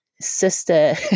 sister